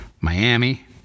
Miami